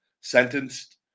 sentenced